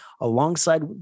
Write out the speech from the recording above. alongside